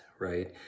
right